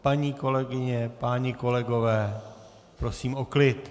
Paní kolegyně, páni kolegové, prosím o klid.